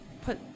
put